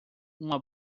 uma